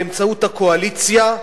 באמצעות הקואליציה,